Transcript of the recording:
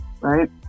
Right